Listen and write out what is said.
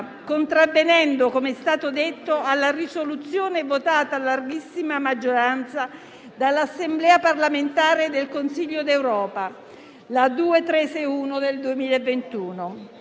contravvenendo, come è stato detto, alla risoluzione votata a larghissima maggioranza dall'Assemblea parlamentare del Consiglio d'Europa n. 2361 del 2021.